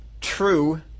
true